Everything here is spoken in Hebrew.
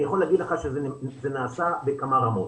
אני יכול להגיד לך שזה נעשה בכמה רמות: